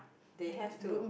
they have to